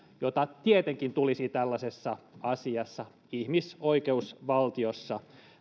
mitä tietenkin tulisi tällaisessa asiassa ihmisoikeusvaltiossa